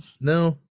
No